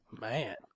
Man